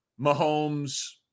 Mahomes